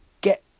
get